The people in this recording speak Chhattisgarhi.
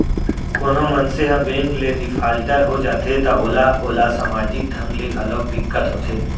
कोनो मनसे ह बेंक ले डिफाल्टर हो जाथे त ओला ओला समाजिक ढंग ले घलोक दिक्कत होथे